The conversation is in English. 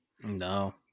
No